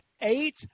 eight